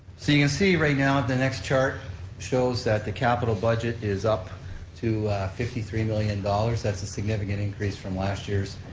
you can see right now the next chart shows that the capital budget is up to fifty three million dollars, that's a significant increase from last year's,